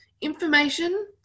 information